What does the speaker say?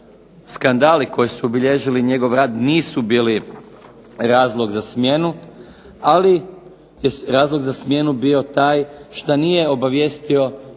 skandali koji su obilježili njegov rad nisu bili razlog za smjenu, ali bi razlog za smjenu bio taj šta nije obavijestio premijerku